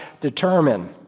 determine